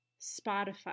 Spotify